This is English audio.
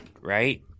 right